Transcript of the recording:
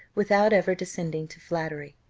without ever descending to flattery.